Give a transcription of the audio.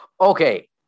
Okay